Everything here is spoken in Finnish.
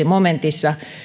momentissa